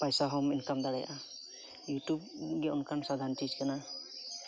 ᱯᱚᱭᱥᱟ ᱦᱚᱸᱢ ᱤᱱᱠᱟᱢ ᱫᱟᱲᱮᱭᱟᱜᱼᱟ ᱤᱭᱩᱴᱩᱵᱽ ᱜᱮ ᱚᱱᱠᱟᱱ ᱪᱤᱡᱽ ᱠᱟᱱᱟ